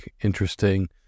interesting